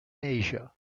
asia